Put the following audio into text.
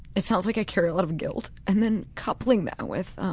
it sounds like a carry a lot of guilt and then coupling that with